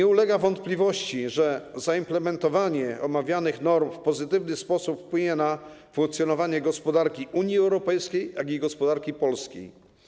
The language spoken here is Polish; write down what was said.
Nie ulega wątpliwości, że zaimplementowanie omawianych norm w pozytywny sposób wpłynie na funkcjonowanie gospodarki Unii Europejskiej i gospodarki polskiej.